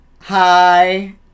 hi